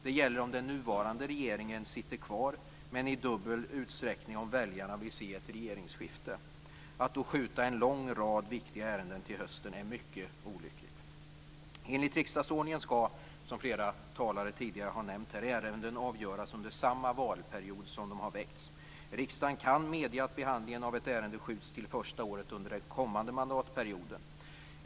Det gäller om den nuvarande regeringen sitter kvar och i dubbel utsträckning om väljarna vill se ett regeringsskifte. Att då skjuta upp en lång rad viktiga ärenden till hösten är mycket olyckligt. Enligt riksdagsordningen skall, som flera talare tidigare har nämnt, ärenden avgöras under samma valperiod som de har väckts. Riksdagen kan medge att behandlingen av ett ärende skjuts till första året under den kommande mandatperioden.